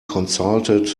consulted